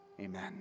amen